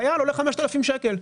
חייל עולה 5,000 שקל.